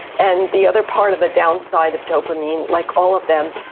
and the other part of the downside of dopamine like all of them,